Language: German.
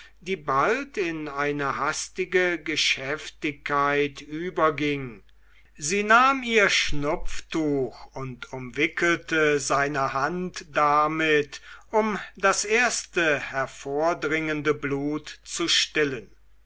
die bald in eine hastige geschäftigkeit überging sie nahm ihr schnupftuch und umwickelte seine hand damit um das erste hervordringende blut zu stillen